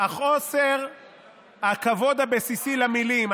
חוסר הכבוד הבסיסי למילים.